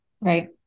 Right